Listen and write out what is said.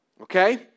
okay